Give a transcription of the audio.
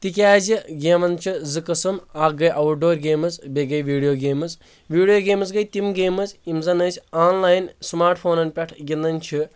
تِکیازِ گیمن چھِ زٕ قٕسم اکھ گے اوٹ ڈور گیمٕز بییٚہِ گے ویڈیو گیمٕز ویڈیو گیمٕز گے تِم گیمز یِم زن أسۍ آن لایِن سُماٹ فونن پٮ۪ٹھ گنٛدان چھِ